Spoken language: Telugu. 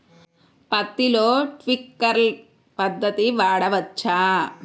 పత్తిలో ట్వింక్లర్ పద్ధతి వాడవచ్చా?